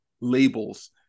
labels